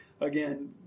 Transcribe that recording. Again